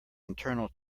internal